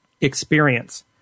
experience